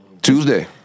Tuesday